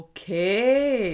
Okay